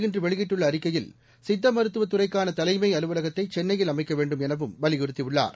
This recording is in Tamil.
இன்று வெளியிட்டுள்ள அறிக்கையில் சித்த மருத்துவத் துறைக்கான தலைமை அவர் அலுவலகத்தை சென்னையில் அமைக்க வேண்டும் எனவும் வலியுறுத்தியுள்ளார்